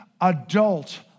adult